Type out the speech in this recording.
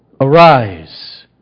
arise